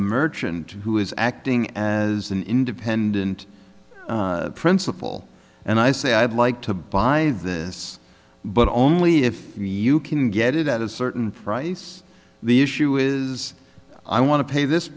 merchant who is acting as an independent principal and i say i'd like to buy this but only if you can get it at a certain price the issue is i want to pay this